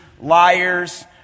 liars